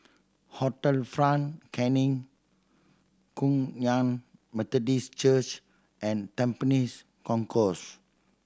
Hotel Front Canning Kum Yan Methodist Church and Tampines Concourse